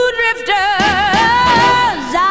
drifters